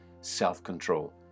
self-control